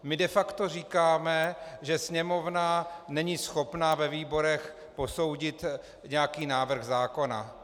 My de facto říkáme, že Sněmovna není schopna ve výborech posoudit nějaký návrh zákona.